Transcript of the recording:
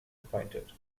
appointed